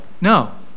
No